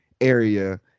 area